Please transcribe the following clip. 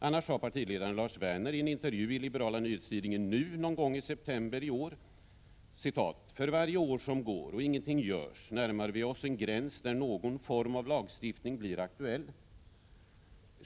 Annars sade partiledaren Lars Werner i en intervju i den liberala nyhetstidningen NU någon gång i september i år: ”För varje år som går och ingenting görs närmar vi oss en gräns där någon form av lagstiftning blir aktuell.